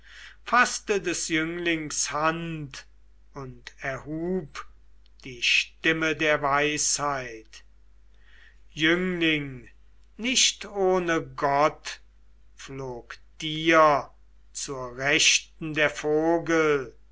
faßte des jünglings hand und erhub die stimme der weisheit jüngling nicht ohne gott flog dir zur rechten der vogel